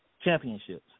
championships